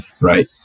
right